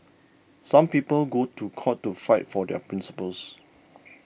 some people go to court to fight for their principles